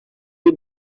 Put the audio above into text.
you